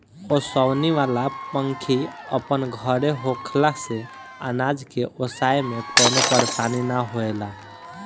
ओसवनी वाला पंखी अपन घरे होखला से अनाज के ओसाए में कवनो परेशानी ना होएला